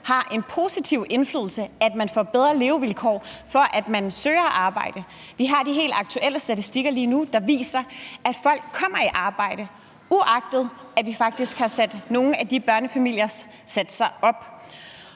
har en positiv indflydelse, sådan at man søger arbejde. Vi har de helt aktuelle statistikker lige nu, og de viser, at folk kommer i arbejde, uagtet at vi faktisk har sat nogle af de børnefamiliers satser op.